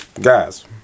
guys